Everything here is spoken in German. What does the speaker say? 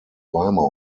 weimar